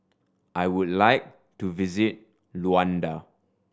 I would like to visit Luanda